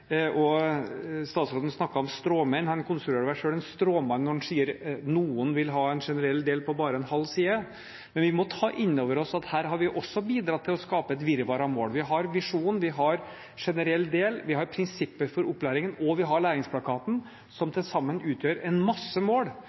og statsråden snakket om stråmenn – han konstruerer vel selv en stråmann når han sier at noen vil ha en generell del på bare en halv side. Men vi må ta inn over oss at her har vi også bidratt til å skape et virvar av mål. Vi har visjon, vi har generell del, vi har prinsipper for opplæring, og vi har læringsplakaten, som til sammen utgjør mange mål,